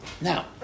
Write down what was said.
Now